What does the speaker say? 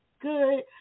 good